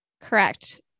Correct